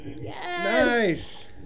Nice